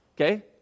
Okay